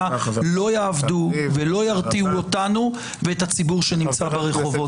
לא יעבדו ולא ירתיעו אותנו ואת הציבור שנמצא ברחובות.